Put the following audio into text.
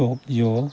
Tokyo